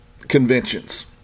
conventions